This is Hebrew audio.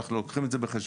אנחנו לוקחים את זה בחשבון.